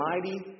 mighty